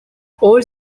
all